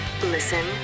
Listen